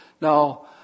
Now